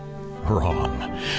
Wrong